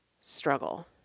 struggle